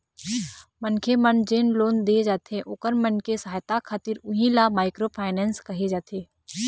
मनखे मन जेन लोन दे जाथे ओखर मन के सहायता खातिर उही ल माइक्रो फायनेंस कहे जाथे